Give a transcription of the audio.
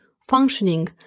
Functioning